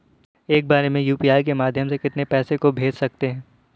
एक बार में यू.पी.आई के माध्यम से कितने पैसे को भेज सकते हैं?